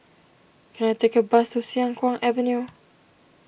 can I take a bus to Siang Kuang Avenue